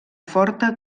forta